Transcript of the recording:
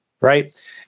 right